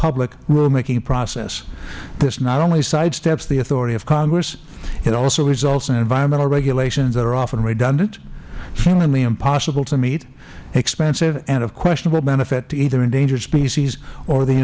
public rulemaking process this not only sidesteps the authority of congress it also results in environmental regulations that are often redundant humanly impossible to meet expensive and of questionable benefit to either endangered species or the